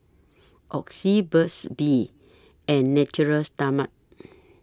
Oxy Burt's Bee and Natura Stoma